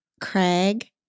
Craig